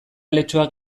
aletxoa